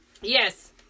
Yes